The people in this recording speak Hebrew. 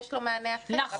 יש לו מענה אחר,